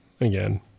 again